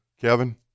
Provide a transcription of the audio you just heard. Kevin